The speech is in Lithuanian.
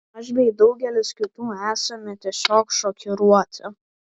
aš bei daugelis kitų esame tiesiog šokiruoti